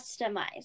customize